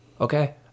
okay